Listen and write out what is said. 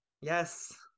yes